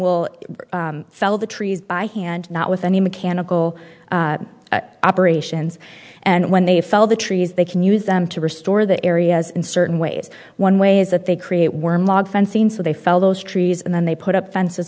will sell the trees by hand not with any mechanical operations and when they fell the trees they can use them to restore the areas in certain ways one way is that they create worm log fencing so they fell those trees and then they put up fences